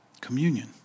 Communion